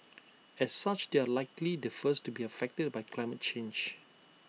as such they are likely the first to be affected by climate change